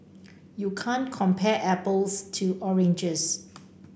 you can't compare apples to oranges